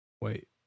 Wait